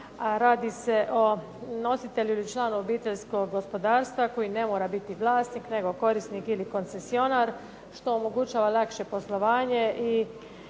radi se o nositelju ili članu obiteljskog gospodarstva koji ne mora biti vlasnik nego korisnik ili koncesionar što omogućava lakše poslovanje